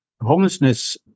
homelessness